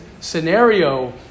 scenario